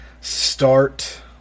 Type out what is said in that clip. start